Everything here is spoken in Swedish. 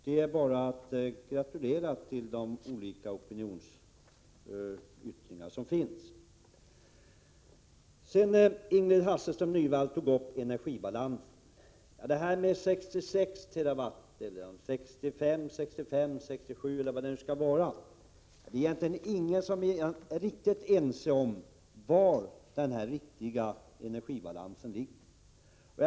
Det är bara att gratulera till de olika opinionsyttringarna. Ingrid Hasselström Nyvall tog upp energibalansen. Det är egentligen ingen som är riktigt på det klara med var energibalansen skall ligga — 65, 66 eller 67 TWh per år.